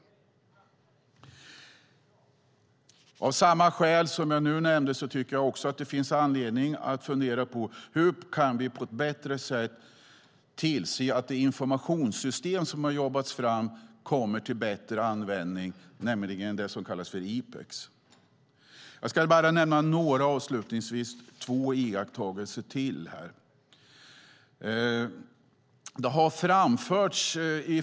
Av samma skäl som de jag nyss nämnde tycker jag att det också finns anledning att fundera på hur vi på ett bättre sätt kan tillse att det informationssystem som jobbats fram kommer till bättre användning, nämligen det som kallas för IPEX. Låt mig avslutningsvis nämna ytterligare två iakttagelser.